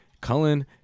Cullen